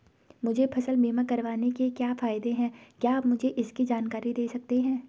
मुझे फसल बीमा करवाने के क्या फायदे हैं क्या आप मुझे इसकी जानकारी दें सकते हैं?